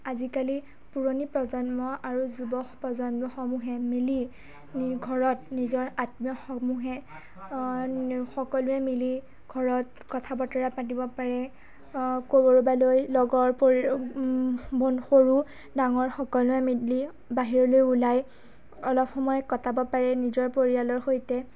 আজিকালি পুৰণি প্ৰজন্ম আৰু যুৱ প্ৰজন্মসমূহে মিলি ঘৰত নিজৰ আত্মীয়সমূহে সকলোৱে মিলি ঘৰত কথা বতৰা পাতিব পাৰে ক'ৰবালৈ লগৰ পৰি বন সৰু ডাঙৰ সকলোৱে মিলি বাহিৰলৈ ওলাই অলপ সময় কটাব পাৰে নিজৰ পৰিয়ালৰ সৈতে